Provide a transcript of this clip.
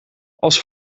als